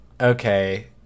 Okay